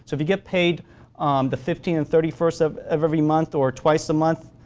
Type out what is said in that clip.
if you get paid on the fifteenth and thirty first of every month or twice a month,